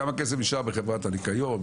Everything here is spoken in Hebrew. כמה כסף נשאר בחברת הניקיון?